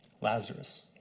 Lazarus